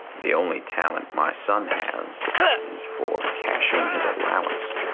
the only talent my son has is for cashing his allowance